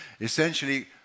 Essentially